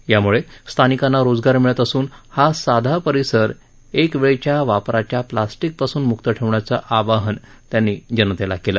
यामुळे स्थानिकांना रोजगार मिळत असून हा सादा परिसर एक वेळ वापराच्या प्लास्टिकपासून मुक्त ठेवण्याचं आवाहन त्यांनी जनतेला केलं